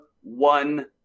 one